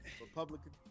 Republican